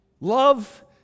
Love